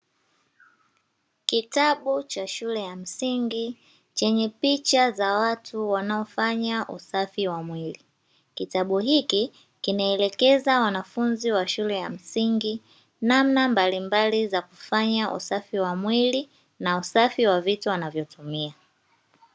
Kitabu cha shule ya msingi, chenye picha za watu wanaofanya usafi wa mwili, kitabu hiki kinaelekeza wanafunzi wa shule za msingi, namna mbalimbali za kufanya usafi wa mwili na usafi wa vitu wanavyotumia.